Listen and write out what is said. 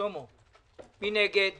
הצבעה בעד התקנות